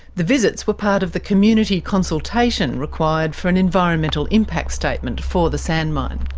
the visits were part of the community consultation required for an environmental impact statement for the sand mine.